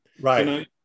Right